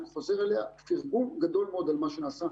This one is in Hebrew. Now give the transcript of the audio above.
מתייחסים אליה פרגון גדול מאוד על מה שנעשה.